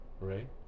right